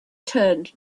turned